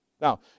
Now